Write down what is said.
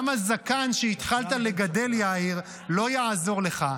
גם הזקן שהתחלת לגדל, יאיר, לא יעזור לך.